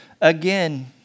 again